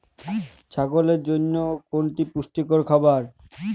ছাগলের জন্য কোনটি পুষ্টিকর খাবার?